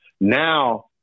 now